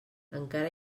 encara